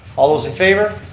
all those in favor.